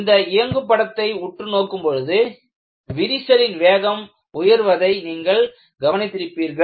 இந்த இயங்கு படத்தை உற்று நோக்கும் பொழுது விரிசலின் வேகம் உயர்வதை நீங்கள் கவனித்திருப்பீர்கள்